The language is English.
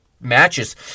matches